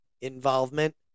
involvement